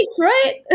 right